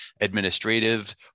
administrative